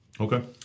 Okay